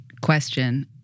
question